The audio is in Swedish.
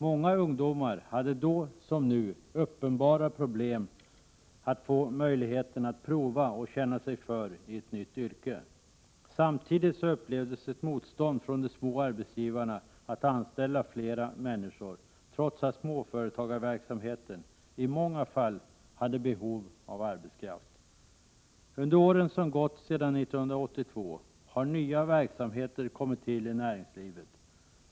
Många ungdomar hade då som nu uppenbara problem att få möjlighet att prova och känna sig för i ett nytt yrke. Samtidigt upplevdes ett motstånd från de små arbetsgivarna mot att anställa flera människor, trots att småföretagarverksamheten i många fall hade behov av arbetskraft. Under åren som gått sedan 1982 har nya verksamheter kommit till i näringslivet.